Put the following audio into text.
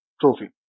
trophy